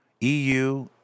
eu